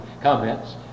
comments